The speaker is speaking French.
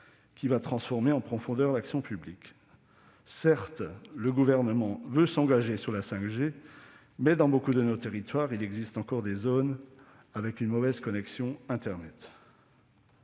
qui va transformer en profondeur l'action publique. Certes, le Gouvernement veut s'engager sur la 5G, mais de nombreuses zones de nos territoires ont encore une mauvaise connexion internet.